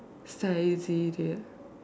Saizeriya